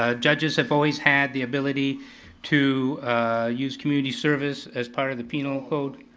ah judges have always had the ability to use community service as part of the penal code.